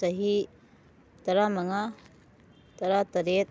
ꯆꯍꯤ ꯇꯔꯥꯃꯉꯥ ꯇꯔꯥ ꯇꯔꯦꯠ